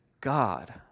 God